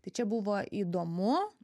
tai čia buvo įdomu